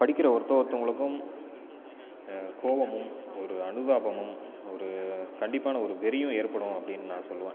படிக்கிற ஒருத்த ஒருத்தவர்களுக்கும் கோபமும் ஒரு அனுதாபமும் ஒரு கண்டிப்பான ஒரு வெறியும் ஏற்படும் அப்படின்னு நான் சொல்லுவேன்